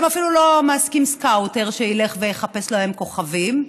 הם אפילו לא מעסיקים סקאוטר שילך ויחפש להם כוכבים,